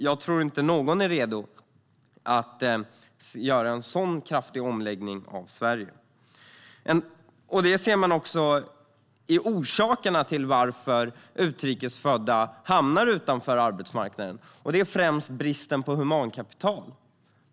Jag tror inte att någon är redo att göra en sådan kraftig omläggning av Sverige. Förklaringen till att utrikes födda hamnar utanför arbetsmarknaden är främst bristen på humankapital.